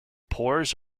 pours